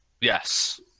Yes